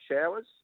showers